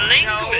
no